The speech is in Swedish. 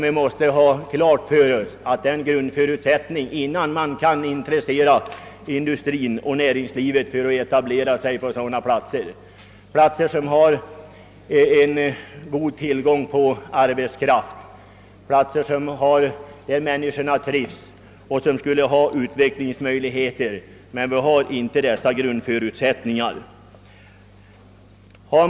Vi skall ha klart för oss att dylika förutsättningar måste finnas innan industrin och näringslivet kan intresseras för att etablera sig på sådana platser som har god tillgång på arbetskraft, där människorna trivs och där det finns utvecklingsmöjligheter men där grundförutsättningarna saknas.